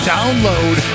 Download